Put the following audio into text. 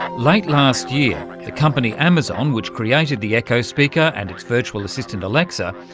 late last year the company amazon which created the echo speaker, and its virtual assistant alexa,